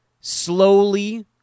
slowly